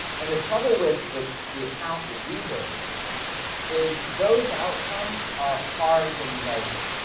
and the trouble with the the account that we gave is those outcomes are hard to measure.